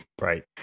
Right